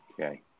Okay